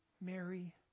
Mary